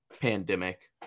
pandemic